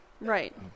right